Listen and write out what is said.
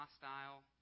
hostile